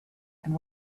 and